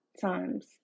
times